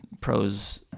pros